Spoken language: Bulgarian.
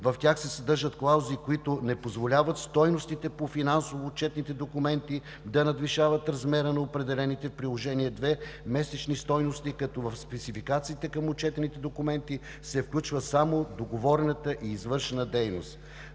В тях се съдържат клаузи, които не позволяват стойностите по финансово-отчетните документи да надвишават размера на определените в Приложение № 2 месечни стойности, като в спецификациите към отчетените документи се включва само договорената и извършена дейност.